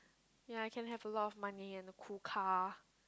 yea can have a lot of money and the cool car